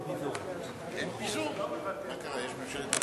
כבוד היושב-ראש,